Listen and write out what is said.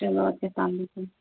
چلو اَدٕ کیاہ اسلامُ علیکم